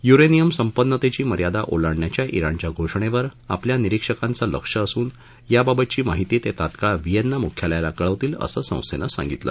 uranium संपन्नतेची मर्यादा ओलांडण्याच्या इराणच्या घोषणेवर आपल्या निरीक्षकांचं लक्ष असून याबाबतची माहिती ते तात्काळ व्हिएन्ना मुख्यालयाला कळवतील असं संस्थेनं सांगितलं